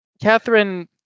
Catherine